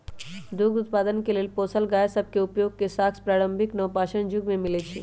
दूध उत्पादन के लेल पोसल गाय सभ के उपयोग के साक्ष्य प्रारंभिक नवपाषाण जुग में मिलइ छै